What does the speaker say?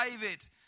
David